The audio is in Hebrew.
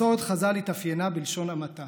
מסורת חז"ל התאפיינה בלשון המעטה,